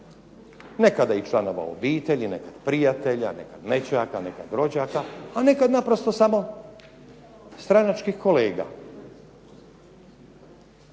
Nekada i članova obitelji, nekad prijatelja, nekad nećaka, nekad rođaka, a nekad naprosto samo stranačkih kolega.